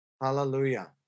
hallelujah